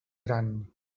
gran